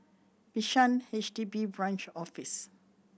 Bishan H D B Branch Office